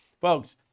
Folks